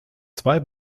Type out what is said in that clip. zwei